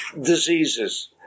diseases